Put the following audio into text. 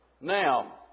Now